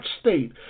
state